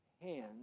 hands